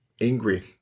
angry